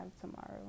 tomorrow